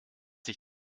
sich